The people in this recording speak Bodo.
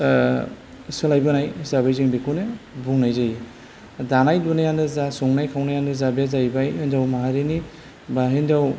सोलायबोनाय हिसाबै जों बेखौनो बुंनाय जायो दानाय लुनायानो जा सनाय खावनायानो जा बे जाहैबाय हिन्जाव माहारिनि बा हिन्जाव